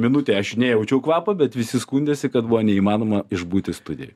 minutę aš nejaučiau kvapo bet visi skundėsi kad buvo neįmanoma išbūti studijoj